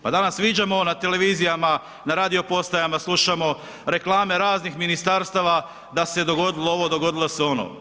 Pa danas viđamo na televizijama, na radio postajama slušamo reklame raznih ministarstava da se dogodilo ovo, dogodilo se ono.